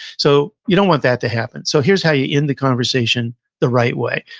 so, you don't want that to happen. so, here's how you end the conversation the right way.